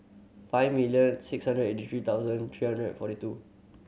five million six hundred eighty three thousand three hundred and forty two